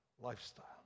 lifestyle